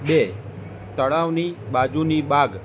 બે તળાવની બાજુની બાગ